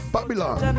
Babylon